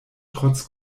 trotz